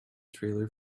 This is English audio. trailer